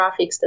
graphics